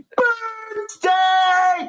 birthday